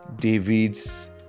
david's